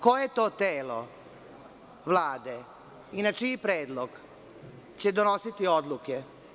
Koje je to telo Vlade i na čiji predlog će donositi odluke?